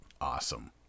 Awesome